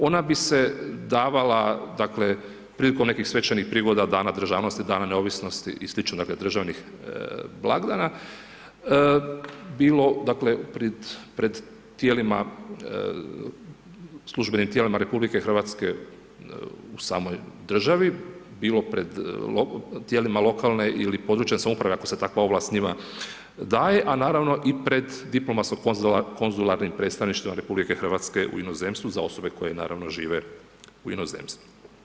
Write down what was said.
Ona bi se davala dakle prilikom nekih svečanih prigoda, dana državnosti, dana neovisnosti i slično, dakle državnih blagdana, bilo dakle pred tijelima, službenim tijelima RH u samoj državi, bilo pred tijelima lokalne ili područne samouprave ako se takva ovlast njima daje a naravno i pred diplomatsko konzularnim predstavništvima RH za osobe koje naravno žive u inozemstvu.